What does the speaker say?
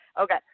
Okay